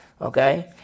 Okay